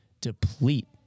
deplete